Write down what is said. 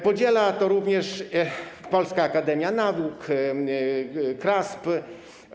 Podziela to również Polska Akademia Nauk, KRASP.